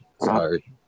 Sorry